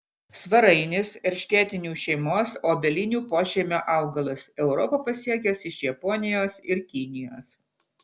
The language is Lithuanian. svarainis erškėtinių šeimos obelinių pošeimio augalas europą pasiekęs iš japonijos ir kinijos